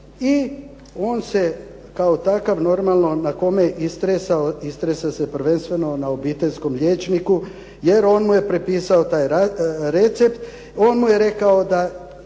i on se kao takav normalno na kome istresao, istresao se prvenstveno na obiteljskom liječniku jer on mu je propisao taj recept, on mu je rekao da